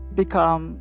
become